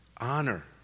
honor